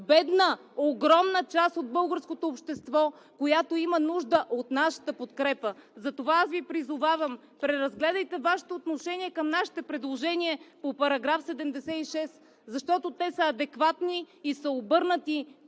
бедна, огромна част от българското общество, която има нужда от нашата подкрепа. Затова аз Ви призовавам: преразгледайте Вашето отношение към нашите предложения по § 76, защото те са адекватни и са обърнати